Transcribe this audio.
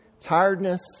tiredness